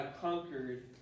conquered